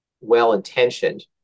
well-intentioned